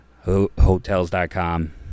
Hotels.com